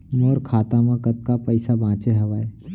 मोर खाता मा कतका पइसा बांचे हवय?